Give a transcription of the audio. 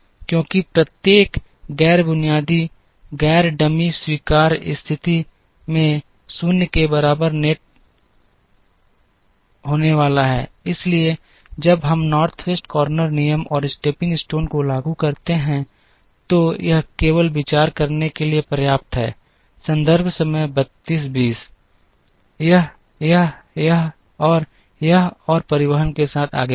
क्योंकि प्रत्येक गैर बुनियादी गैर डमी स्वीकार्य स्थिति में 0 के बराबर नेट होने वाला है इसलिए जब हम नॉर्थ वेस्ट कॉर्नर नियम और स्टेपिंग स्टोन को लागू करते हैं तो यह केवल विचार करने के लिए पर्याप्त है यह यह यह और यह और परिवहन के साथ आगे बढ़ना